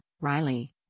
Riley